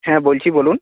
হ্যাঁ বলছি বলুন